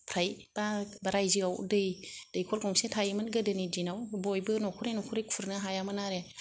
फ्राय बा राइजोआव दै दैखर गंसे थायोमोन गोदोनि दिनाव बयबो नखरै नखरै खुरनो हायामोन आरो